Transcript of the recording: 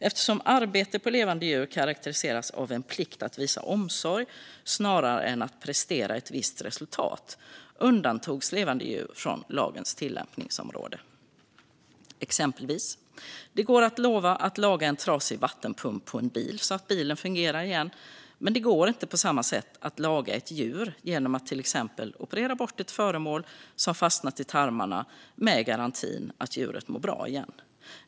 Eftersom arbete på levande djur karakteriseras av en plikt att visa omsorg snarare än att prestera ett visst resultat undantogs levande djur från lagens tillämpningsområde. Exempelvis går det att lova att laga en trasig vattenpump på en bil så att bilen fungerar igen, men det går inte på samma sätt att "laga" ett djur genom att till exempel operera bort ett föremål som fastnat i tarmarna med garantin att djuret kommer att må bra igen.